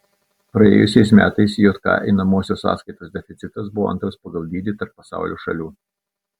praėjusiais metais jk einamosios sąskaitos deficitas buvo antras pagal dydį tarp pasaulio šalių